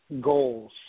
goals